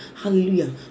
Hallelujah